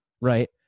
right